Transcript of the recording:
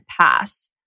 pass